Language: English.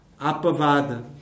apavada